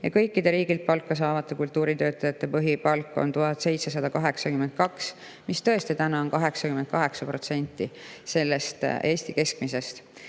Kõikide riigilt palka saavate kultuuritöötajate põhipalk on 1782 eurot, mis tõesti täna on 88% Eesti keskmisest.